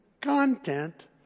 content